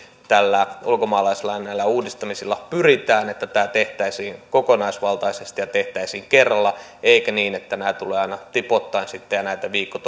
näillä ulkomaalaislain uudistamisilla pyritään että tämä tehtäisiin kokonaisvaltaisesti ja tehtäisiin kerralla eikä niin että nämä tulevat aina tipoittain ja näitä viikko